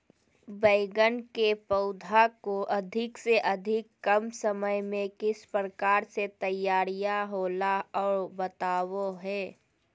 बैगन के पौधा को अधिक से अधिक कम समय में किस प्रकार से तैयारियां होला औ बताबो है?